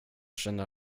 känner